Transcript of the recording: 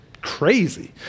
crazy